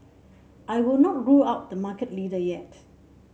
I would not rule out the market leader yet